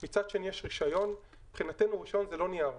להכניס גורם אחר ובמקרה הזה זה נתג"ז,